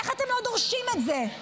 איך אתם לא דורשים את זה?